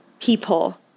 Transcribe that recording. people